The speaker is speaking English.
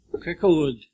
Cricklewood